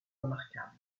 remarquables